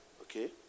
Okay